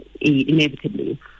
inevitably